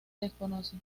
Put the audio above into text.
desconoce